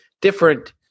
different –